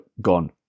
gone